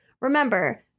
Remember